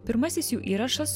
pirmasis jų įrašas